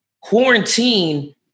quarantine